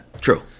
True